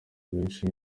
benshi